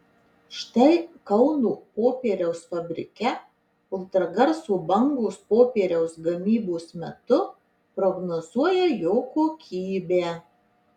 štai kauno popieriaus fabrike ultragarso bangos popieriaus gamybos metu prognozuoja jo kokybę